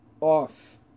off